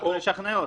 הצלחנו לשכנע אותו.